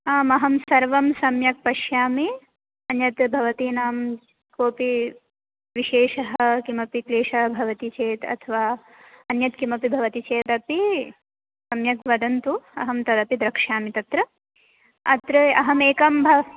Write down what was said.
आमहं सर्वं सम्यक् पश्यामि अन्यत् भवतीनां कोपि विशेषः किमपि क्लेषः भवति चेत् अथवा अन्यत् किमपि भवति चेदपि सम्यक् वदन्तु अहं तदपि द्रक्ष्यामि तत्र अत्र अहमेकां भा